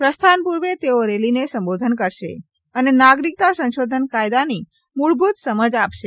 પ્રસ્થાન પૂર્વે તેઓ રેલીને સંબોધન કરશે અને નાગરિકતા સંશોધન કાયદાની મૂળભૂત સમજ આપશે